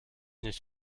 nicht